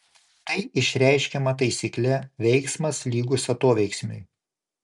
tai išreiškiama taisykle veiksmas lygus atoveiksmiui